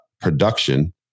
production